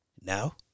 Now